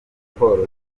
raporo